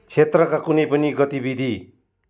क्षेत्रका कुनै पनि गतिविधि